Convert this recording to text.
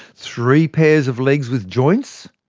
three pairs of legs with joints,